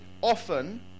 often